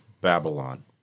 Babylon